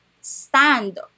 stand